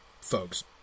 folks